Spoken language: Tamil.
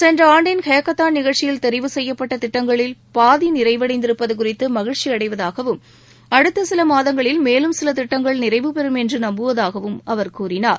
சென்ற ஆண்டின் ஹேக்கத்தான் நிகழ்ச்சியில் தெரிவு செய்யப்பட்ட திட்டங்களில் பாதி நிறைவடைந்திருப்பது குறித்து மிகிழ்ச்சி அடைவதாகவும் அடுத்த சில மாதங்களில் மேலும் சில திட்டங்கள் நிறைவு பெறும் என்று நம்புவதாகவும் அவர் கூறினார்